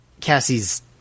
Cassie's